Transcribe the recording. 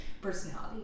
personality